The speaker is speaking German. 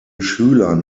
schülern